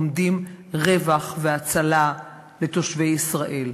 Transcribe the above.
עומדים רווח והצלה לתושבי ישראל.